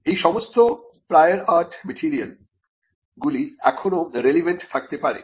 এই সমস্ত prior art material গুলি এখনো রেলেভান্ট থাকতে পারে